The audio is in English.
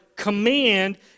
command